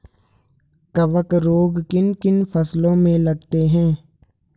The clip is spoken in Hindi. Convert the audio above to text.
कवक रोग किन किन फसलों में लगते हैं?